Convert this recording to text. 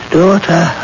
daughter